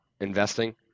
investing